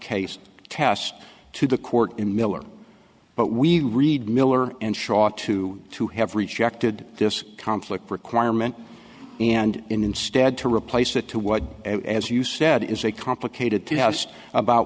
case test to the court in miller but we read miller and shaw too to have rejected this conflict requirement and instead to replace it to what as you said is a complicated to house about